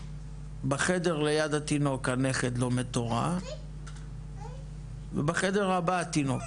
בחדר ליד התינוק הנכד לומד תודה ובחדר הבא התינוק,